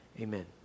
Amen